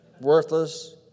worthless